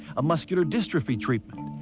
a muscular dystrophy treatment,